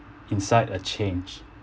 incite a change